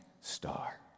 star